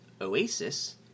Oasis